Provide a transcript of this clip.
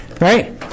Right